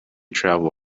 travel